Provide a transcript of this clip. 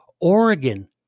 Oregon